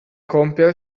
compiere